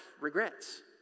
regrets